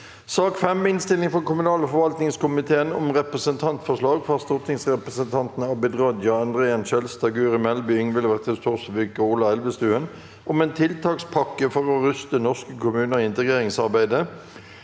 2024 Innstilling fra kommunal- og forvaltningskomiteen om Representantforslag fra stortingsrepresentantene Abid Raja, André N. Skjelstad, Guri Melby, Ingvild Wetrhus Thorsvik og Ola Elvestuen om en tiltakspakke for å ruste norske kommuner i integreringsarbeidet